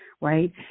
right